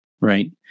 right